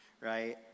right